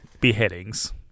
beheadings